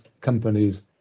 companies